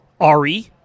Ari